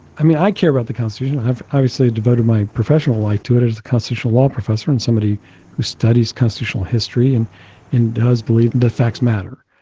i mean, i care about the constitution i have obviously devoted my professional life to it it as the customary law professor and somebody who studies constitutional history and and does believe the facts matter.